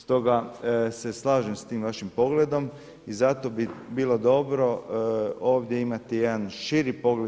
Stoga se slažem s tim vašim pogledom i zato bi bilo dobro ovdje imati jedan širi pogled.